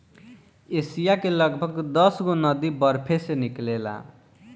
Asia के लगभग दसगो नदी बरफे से निकलेला